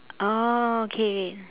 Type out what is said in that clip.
oh okay okay